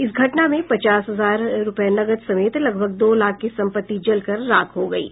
इस घटना में पचास हजार रूपये नकद समेत लगभग दो लाख की संपत्ति जलकर राख हो गयी